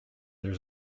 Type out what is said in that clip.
there